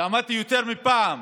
ועמדתי יותר מפעם,